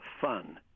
fun